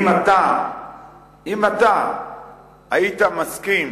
האם אתה היית מסכים